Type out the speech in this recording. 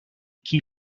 key